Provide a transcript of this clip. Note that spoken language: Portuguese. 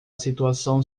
situação